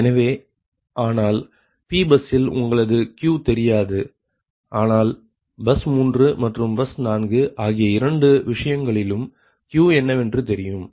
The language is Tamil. எனவே ஆனால் Pபஸ்ஸில் உங்களது Q தெரியாது ஆனால் பஸ் 3 மற்றும் பஸ் 4 ஆகிய இரண்டு விஷயங்களிலும் Q என்னவென்று தெரியும்